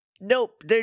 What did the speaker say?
nope